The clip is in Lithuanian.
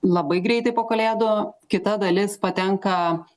labai greitai po kalėdų kita dalis patenka